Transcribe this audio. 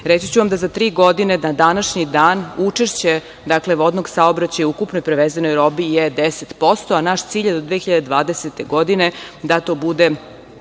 Reći ću vam da za tri godine na današnji dan učešće vodnog saobraćaja u ukupnoj prevezenoj robi je 10%, a naš cilj je da do 2020 godine to bude